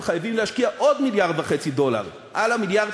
והם חייבים להשקיע עוד 1.5 מיליארד דולר על המיליארד